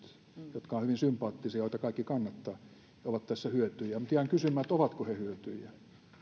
jotka ovat hyvin sympaattisia joita kaikki kannattavat ne ovat tässä hyötyjiä mutta ihan kysyn että ovatko ne hyötyjiä